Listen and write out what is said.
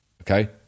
okay